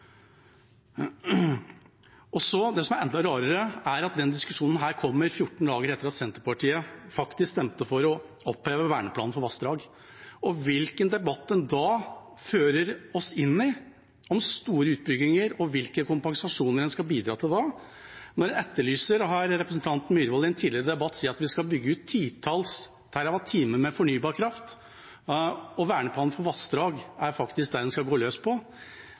Det som er enda rarere, er at denne diskusjonen kommer 14 dager etter at Senterpartiet faktisk stemte for å oppheve verneplanen for vassdrag, og hvilken debatt en da fører oss inn i om store utbygginger og hvilke kompensasjoner en skal bidra til, når representanten Myhrvold i en tidligere debatt sa at vi skal bygge ut titalls terrawattimer med fornybar kraft, og at verneplanen for vassdrag faktisk er det man skal gå løs på